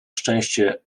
szczęście